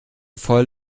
voll